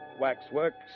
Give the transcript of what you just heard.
waxworks